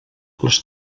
les